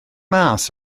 mas